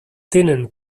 tenen